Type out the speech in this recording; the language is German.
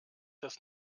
das